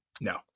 No